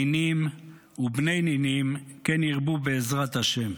נינים ובני נינים, כן ירבו בעזרת השם.